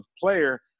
player